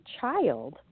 child